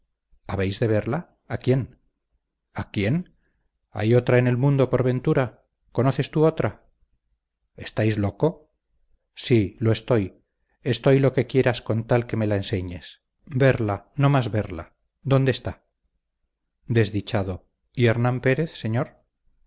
habéis de verla a quién a quién hay otra en el mundo por ventura conoces tú otra estáis loco sí lo estoy estoy lo que quieras con tal que me la enseñes verla no más verla dónde está desdichado y hernán pérez señor